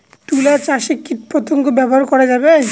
তুলা চাষে কীটপতঙ্গ ব্যবহার করা যাবে?